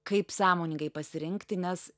kaip sąmoningai pasirinkti nes